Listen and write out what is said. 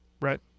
Right